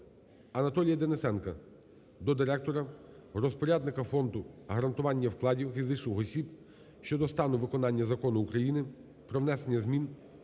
Анатолія Денисенка до директора — розпорядника Фонду гарантування вкладів фізичних осіб щодо стану виконання Закону України "Про внесення змін